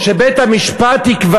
לא, נעשה הכול.